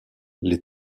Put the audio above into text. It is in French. les